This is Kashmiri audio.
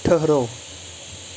ٹھٔرو